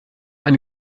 eine